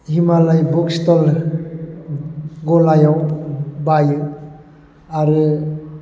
Himalaya book stall गलायाव बायो आरो